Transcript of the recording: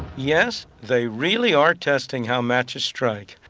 yes, they really are testing how matches strike.